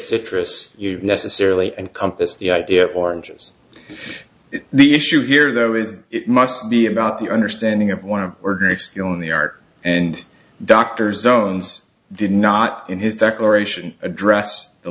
citrus you necessarily and compass the idea of oranges the issue here though is it must be about the understanding of one of order excuse in the art and doctors zones did not in his declaration address the